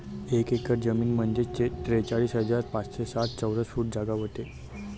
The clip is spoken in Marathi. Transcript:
एक एकर जमीन म्हंजे त्रेचाळीस हजार पाचशे साठ चौरस फूट जागा व्हते